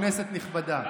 כנסת נכבדה,